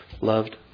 loved